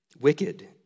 Wicked